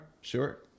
Sure